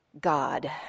God